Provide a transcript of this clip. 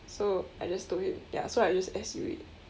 so I just told him ya so I just S_U it